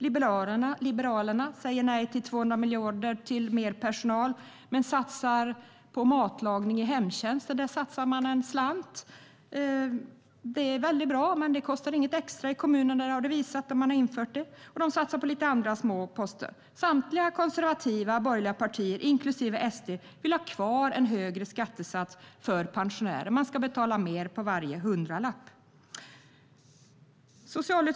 Liberalerna säger nej till de 2 miljarderna till mer personal men satsar en slant på matlagning i hemtjänsten. Det är väldigt bra, men i de kommuner som har infört det har det visat sig att det inte kostar något extra för dem. De satsar också på lite andra små poster. Samtliga konservativa borgerliga partier, inklusive SD, vill ha kvar en högre skattesats för pensionärer. De ska betala mer per hundralapp.